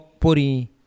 Pori